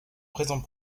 présent